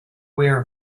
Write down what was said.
aware